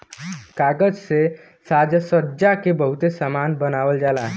कागज से साजसज्जा के बहुते सामान बनावल जाला